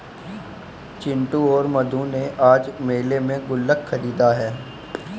चिंटू और मधु ने आज मेले में गुल्लक खरीदा है